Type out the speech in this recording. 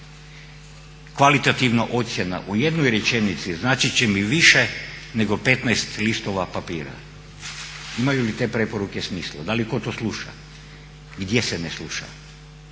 Kvalitativna ocjena u jednoj rečenici značit će mi više nego 15 listova papira. Imaju li te preporuke smisla, da li tko to sluša, gdje se ne sluša?